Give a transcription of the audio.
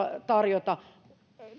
tarjota